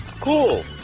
Cool